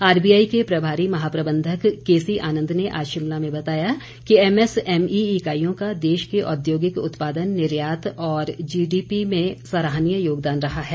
RBI के प्रभारी महाप्रबंधक केसीआनंद ने आज शिमला में बताया कि एमएसएमईइकाईयों का देश के औद्योगिक उत्पादन निर्यात और जीडीपी में सराहनीय योगदान रहा है